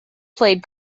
played